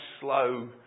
slow